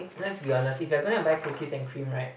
let's be honest if you're gonna buy cookies and cream right